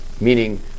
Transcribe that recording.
meaning